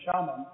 shaman